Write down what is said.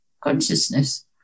consciousness